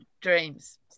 dreams